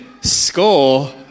score